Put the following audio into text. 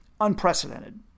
Unprecedented